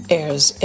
airs